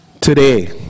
today